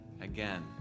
again